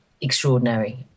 extraordinary